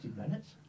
minutes